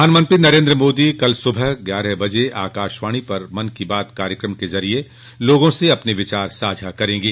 प्रधानमंत्री नरेन्द्र मोदी कल सुबह ग्यारह बजे आकाशवाणी पर मन की बात कार्यक्रम के जरिये लोगों से अपने विचार साझा करेंगे